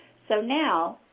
so now,